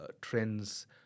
trends